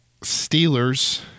Steelers